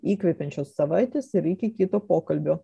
įkvepiančios savaitės ir iki kito pokalbio